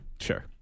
Sure